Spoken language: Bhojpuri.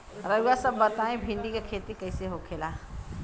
रउआ सभ बताई भिंडी क खेती कईसे होखेला?